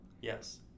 Yes